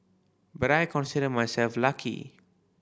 but I consider myself lucky